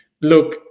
look